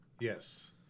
Yes